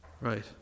Right